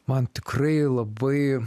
man tikrai labai